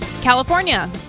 California